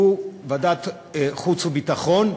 ועדת חוץ וביטחון,